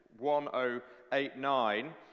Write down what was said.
1089